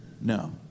No